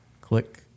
click